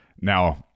Now